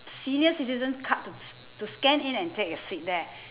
senior citizen's card to s~ to scan in and take a seat there